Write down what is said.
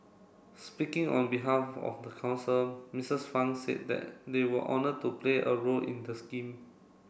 speaking on behalf of the council Misses Fang said that they were honoured to play a role in the scheme